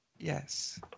Yes